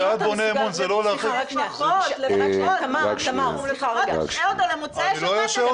צעד בונה אמון זה לא להרחיק --- לפחות תשעה אותו למוצאי שבת אחד.